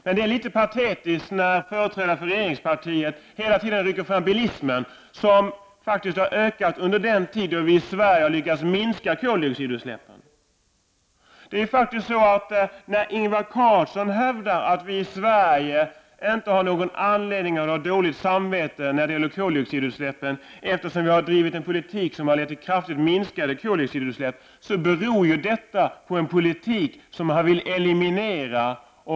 Men det verkar litet patetiskt när företrädare för regeringspartiet hela tiden hänvisar till bilismen, som faktiskt har ökat under den tid då vi i Sverige har lyckats minska koldioxidutsläppen. Ingvar Carlsson hävdar att vi i Sverige inte har anledning att ha dåligt samvete när det gäller koldioxidutsläppen, eftersom vi har en politik som lett till kraftigt minskade utsläpp. Men det beror ju på en politik som han vill eliminera.